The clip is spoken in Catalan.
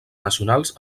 nacionals